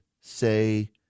say